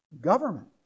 government